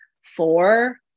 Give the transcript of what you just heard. four